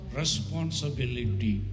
responsibility